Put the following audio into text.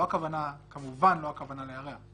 כמובן הכוונה לא להרע.